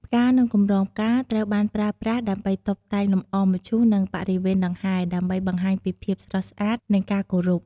ផ្កា និងកម្រងផ្កា ត្រូវបានប្រើប្រាស់ដើម្បីតុបតែងលម្អមឈូស និងបរិវេណដង្ហែ ដើម្បីបង្ហាញពីភាពស្រស់ស្អាត និងការគោរព។